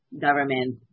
government